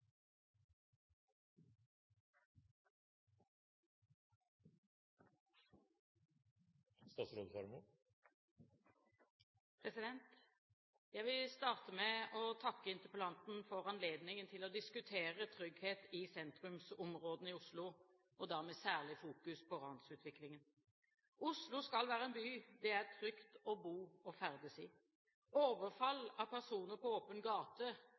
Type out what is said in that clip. Jeg vil starte med å takke interpellanten for anledningen til å diskutere trygghet i sentrumsområdene i Oslo, og da særlig med vekt på ransutviklingen. Oslo skal være en by det er trygt å bo og ferdes i. Overfall av personer på åpen gate